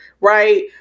right